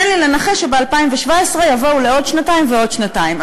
תן לי לנחש שב-2017 יבואו לעוד שנתיים ועוד שנתיים.